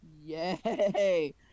Yay